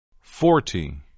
Forty